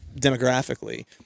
demographically